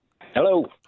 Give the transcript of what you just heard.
Hello